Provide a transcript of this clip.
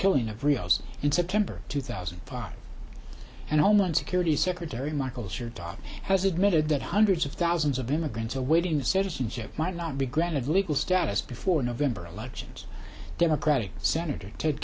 killing of rios in september two thousand and homeland security secretary michael chertoff has admitted that hundreds of thousands of immigrants awaiting the citizenship might not be granted legal status before november elections democratic senator ted